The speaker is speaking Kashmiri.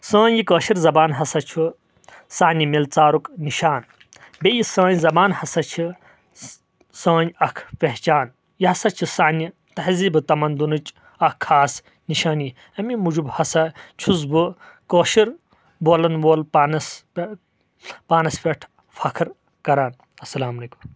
سٲنۍ یہِ کٲشر زبان ہسا چھُ سانہِ ملژارُک نشان بییٚہِ یہِ سٲنۍ زبان ہسا چھِ سٲنۍ اکھ پہچان یہِ ہسا چھِ سانہِ تہزیبہٕ تمدُنٕچ اکھ خاص نِشٲنی امہِ موٗجوب ہسا چھُس بہٕ کٲشُر بولان وول پانس پہ پانس پٮ۪ٹھ فخر کران اسلامُ علیکُم